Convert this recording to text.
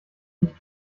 nicht